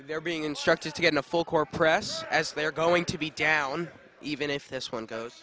there being instructed to get a full court press as they are going to be down even if this one goes